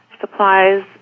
supplies